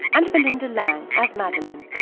and belinda lang as madeleine,